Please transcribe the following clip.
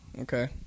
Okay